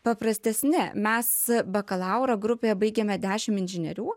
paprastesnė mes bakalaurą grupė baigiame dešim inžinierių